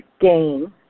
gain